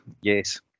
Yes